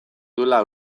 duela